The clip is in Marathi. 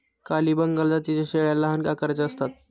काली बंगाल जातीच्या शेळ्या लहान आकाराच्या असतात